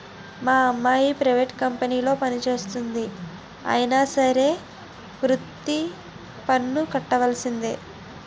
మా అమ్మాయి ప్రైవేట్ కంపెనీలో పనిచేస్తంది అయినా సరే వృత్తి పన్ను కట్టవలిసిందే